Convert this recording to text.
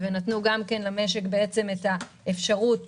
ונתנו למשק את האפשרות